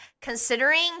considering